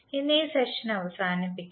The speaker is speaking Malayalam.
ഇന്ന് ഈ സെഷൻ അവസാനിപ്പിക്കുന്നു